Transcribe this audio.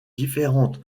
différente